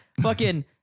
Fucking-